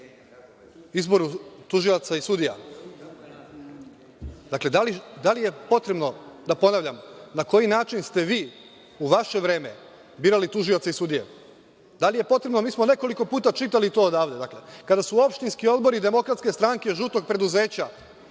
izboru tužilaca i sudija, dakle da li je potrebno da ponavljam na koji način ste vi u vaše vreme birali tužioce i sudije? Da li je potrebno? Mi smo nekoliko puta čitali to odavde kada su opštinski odbori DS „žutog preduzeća“